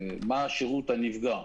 מה השירות הנפגע.